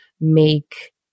make